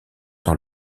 dans